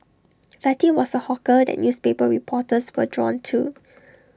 fatty was A hawker that newspaper reporters were drawn to